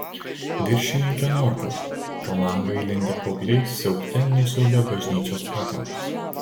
viršininke norkau pro langą įlindę paaugliai siaubte nusiaubė bažnyčios patalpas